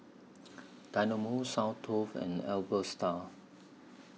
Dynamo Soundteoh and Alpha Style